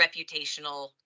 reputational